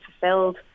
fulfilled